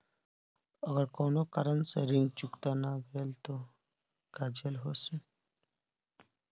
अगर कौनो कारण से ऋण चुकता न भेल तो का जेल भी हो सकेला?